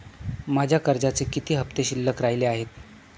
माझ्या कर्जाचे किती हफ्ते शिल्लक राहिले आहेत?